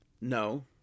No